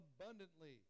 abundantly